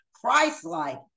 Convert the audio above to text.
Christ-like